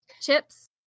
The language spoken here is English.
chips